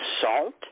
salt